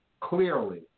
clearly